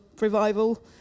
revival